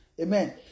Amen